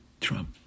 Trump